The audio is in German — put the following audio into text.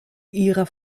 ihrer